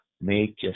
make